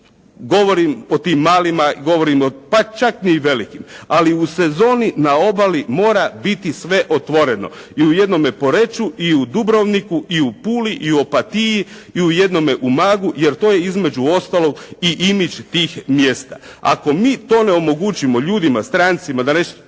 Govorim o tim malima, govorim pa čak i o velikim. Ali u sezoni, na obali, mora bit sve otvoreno. I u jednome Poreču i u Dubrovniku i u Puli i u Opatiji i u jednome Umagu, jer to je između ostalog i imidž tih mjesta. Ako mi to ne omogućimo ljudima, strancima, da nešto